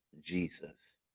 Jesus